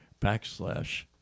backslash